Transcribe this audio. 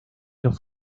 los